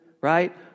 right